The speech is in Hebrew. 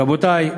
רבותי,